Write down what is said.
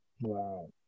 Wow